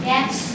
Yes